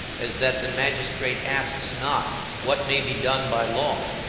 as that the magistrate asks not what may be done by law,